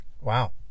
Wow